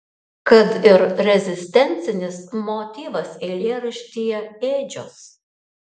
kad ir rezistencinis motyvas eilėraštyje ėdžios